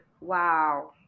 wow